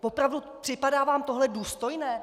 Opravdu, připadá vám tohle důstojné?